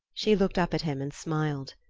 she looked up at him and smiled.